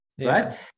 right